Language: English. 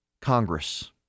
Congress